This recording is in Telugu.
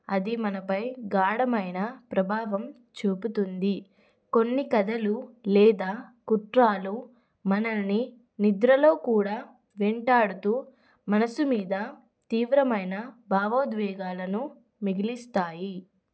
అది మనపై గాఢమైన ప్రభావం చూపుతుంది కొన్ని కథలు లేదా కుట్రలు మనల్ని నిద్రలో కూడా వెంటాడుతూ మనసు మీద తీవ్రమైన భావోద్వేగాలను మిగుల్చుయి